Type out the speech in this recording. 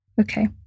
Okay